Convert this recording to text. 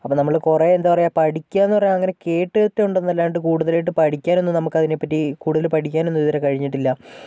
അപ്പോൾ നമ്മള് കുറെ എന്താ പറയുക പഠിക്കുക എന്ന് പറഞ്ഞാൽ അങ്ങനെ കേട്ടിട്ടുണ്ടെന്ന് അല്ലാണ്ട് കൂടുതലായിട്ട് പഠിക്കാനൊന്നും നമുക്ക് അതിനെ പറ്റി കൂടുതൽ പഠിക്കാനൊന്നും ഇതുവരെ കഴിഞ്ഞിട്ടില്ല